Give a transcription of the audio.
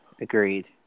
Agreed